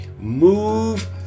move